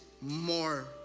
more